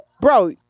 bro